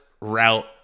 route